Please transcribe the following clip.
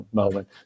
moment